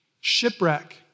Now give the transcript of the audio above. Shipwreck